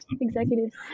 executives